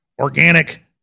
Organic